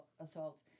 assault